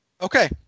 Okay